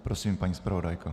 Prosím, paní zpravodajko.